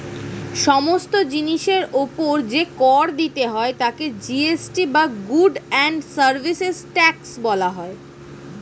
সমস্ত জিনিসের উপর যে কর দিতে হয় তাকে জি.এস.টি বা গুডস্ অ্যান্ড সার্ভিসেস ট্যাক্স বলা হয়